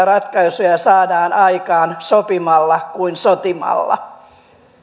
ratkaisuja saadaan aikaan sopimalla kuin sotimalla